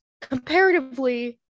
Comparatively